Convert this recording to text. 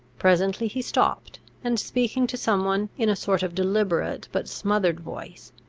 presently he stopped, and, speaking to some one in a sort of deliberate, but smothered voice,